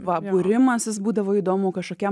va būrimasis būdavo įdomu kažkokie